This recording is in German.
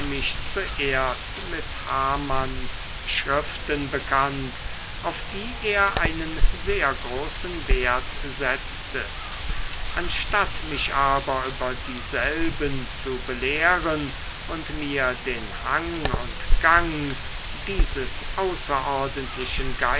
mich zuerst mit hamanns schriften bekannt auf die er einen sehr großen wert setzte anstatt mich aber über dieselben zu belehren und mir den hang und gang dieses außerordentlichen